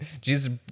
Jesus